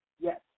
Yes